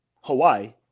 Hawaii